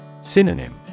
Synonym